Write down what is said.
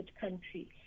country